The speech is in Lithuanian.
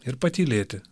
ir patylėti